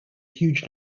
huge